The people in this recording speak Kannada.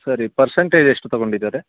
ಸರಿ ಪರ್ಸೆಂಟೇಜ್ ಎಷ್ಟು ತೊಗೊಂಡಿದ್ದಾರೆ